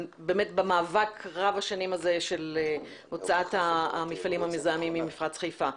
במאבק רב השנים הזה של הוצאת המפעלים המזהמים ממפרץ חיפה.